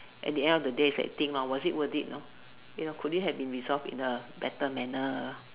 at the end of the day if you had think lor you know you know could it have been resolved in a better manner